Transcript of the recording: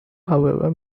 however